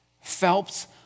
Phelps